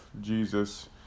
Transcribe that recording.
Jesus